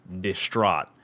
distraught